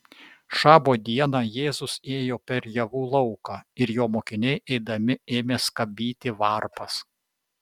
šabo dieną jėzus ėjo per javų lauką ir jo mokiniai eidami ėmė skabyti varpas